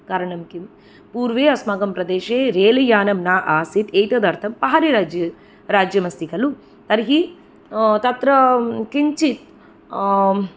कारणं किं पूर्वे अस्माकं प्रदेशे रेल् यानं न आसीत् एतदर्थं पहारिराज्य् राज्यमस्ति खलु तर्हि तत्र किञ्चित्